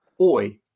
Oi